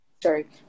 Sorry